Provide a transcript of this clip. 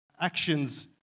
actions